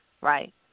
Right